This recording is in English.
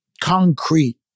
concrete